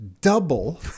double